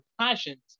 passions